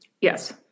yes